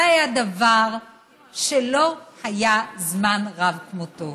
זה היה דבר שלא היה זמן רב כמותו.